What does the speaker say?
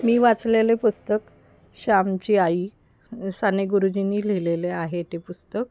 मी वाचलेले पुस्तक श्यामची आई साने गुरुजींनी लिहिलेले आहे ते पुस्तक